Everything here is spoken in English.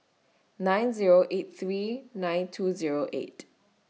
nine Zero eight three nine two Zero eight